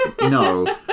No